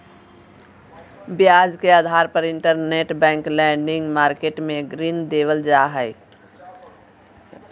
ब्याज के आधार पर इंटरबैंक लेंडिंग मार्केट मे ऋण देवल जा हय